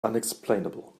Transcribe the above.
unexplainable